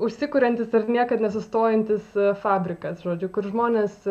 užsikuriantis ar niekad nesustojantis fabrikas žodžiu kur žmonės